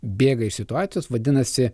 bėga iš situacijos vadinasi